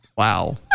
Wow